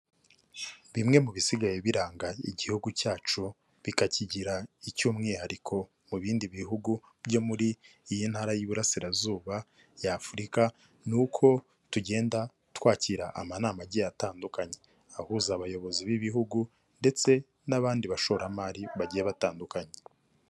Bimwe mu bisigaye biranga Igihugu cyacu bikakigira icy'umwihariko mu bindi bihugu byo muri iyi ntara y'Iburasirazuba y'Afurika, ni uko tugenda twakira amanama agiye atandukanye, ahuza abayobozi b'ibihugu ndetse n'abandi bashoramari bagiye batandukanye.